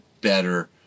better